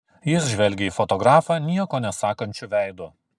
jis žvelgė į fotografą nieko nesakančiu veidu